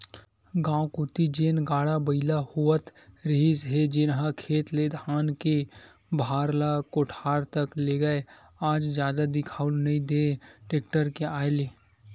गाँव कोती जेन गाड़ा बइला होवत रिहिस हे जेनहा खेत ले धान के भारा ल कोठार तक लेगय आज जादा दिखउल नइ देय टेक्टर के आय ले